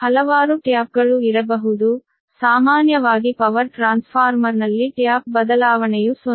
ಹಲವಾರು ಟ್ಯಾಪ್ಗಳು ಇರಬಹುದು ಸಾಮಾನ್ಯವಾಗಿ ಪವರ್ ಟ್ರಾನ್ಸ್ಫಾರ್ಮರ್ನಲ್ಲಿ ಟ್ಯಾಪ್ ಬದಲಾವಣೆಯು 0